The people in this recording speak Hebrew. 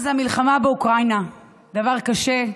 אז המלחמה באוקראינה, דבר קשה,